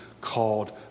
called